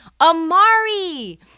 Amari